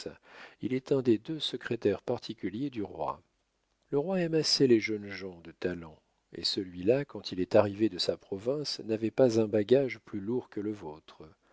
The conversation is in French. il est un des deux secrétaires particuliers du roi le roi aime assez les jeunes gens de talent et celui-là quand il est arrivé de sa province n'avait pas un bagage plus lourd que le vôtre